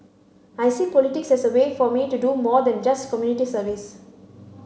I see politics as a way for me to do more than just community service